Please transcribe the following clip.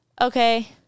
Okay